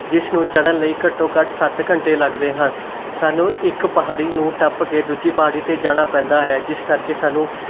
ਜਿਸ ਨੂੰ ਚੜ੍ਹਨ ਲਈ ਘੱਟੋ ਘੱਟ ਸੱਤ ਘੰਟੇ ਲੱਗਦੇ ਹਨ ਸਾਨੂੰ ਇੱਕ ਪਹਾੜੀ ਨੂੰ ਟੱਪ ਕੇ ਦੂਜੀ ਪਹਾੜੀ 'ਤੇ ਜਾਣਾ ਪੈਂਦਾ ਹੈ ਜਿਸ ਕਰਕੇ ਸਾਨੂੰ